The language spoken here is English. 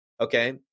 Okay